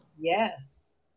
Yes